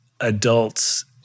adults